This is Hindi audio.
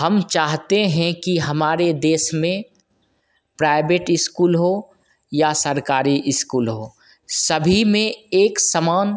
हम चाहते हैं कि हमारे देश में प्राइबेट इस्कूल हो या सरकारी इस्कूल हो सभी में एक समान